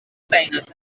feines